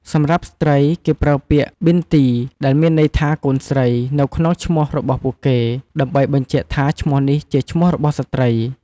សម្រាប់ស្ត្រី គេប្រើពាក្យ ប៊ីនទី ដែលមានន័យថាកូនស្រី នៅក្នុងឈ្មោះរបស់ពួកគេ ដើម្បីបញ្ជាក់ថាឈ្មោះនេះជាឈ្មោះរបស់ស្ត្រី។